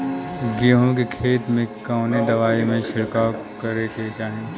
गेहूँ के खेत मे कवने दवाई क छिड़काव करे के चाही?